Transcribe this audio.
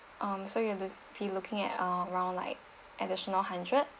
um so you had to be looking at around like additional hundred